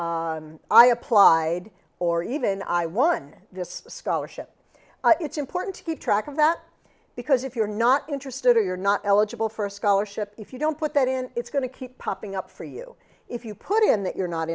i applied or even i won this scholarship it's important to keep track of that because if you're not interested or you're not eligible for a scholarship if you don't put that in it's going to keep popping up for you if you put in that you're not